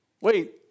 Wait